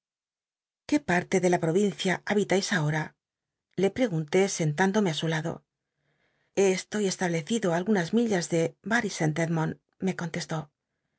qué parle de la provincia habitáis ahora le jli'cgnnté scntündome á su lado estoy establecido algunas millas de blhysaint edmond me contestó